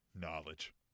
Knowledge